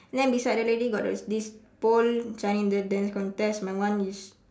then beside the lady got this this pole shine in the dance contest my one is